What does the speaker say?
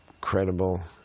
credible